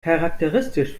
charakteristisch